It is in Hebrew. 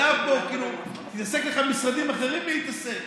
עלב בו, כאילו, תתעסק לך במשרדים אחרים, תתעסק.